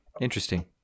interesting